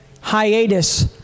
hiatus